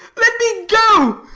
let me go.